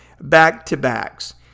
back-to-backs